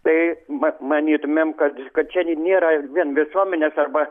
tai vat manytumėm kad kad čia nėra vien visuomenės arba